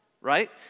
right